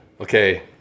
Okay